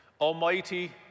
Almighty